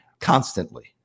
constantly